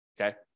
Okay